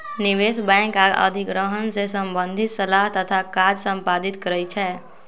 निवेश बैंक आऽ अधिग्रहण से संबंधित सलाह तथा काज संपादित करइ छै